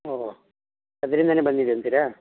ಓ ಅದರಿಂದನೇ ಬಂದಿದೆ ಅಂತಿರಾ